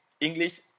English